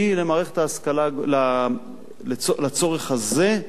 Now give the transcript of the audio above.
תוספתי לצורך הזה,